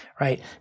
right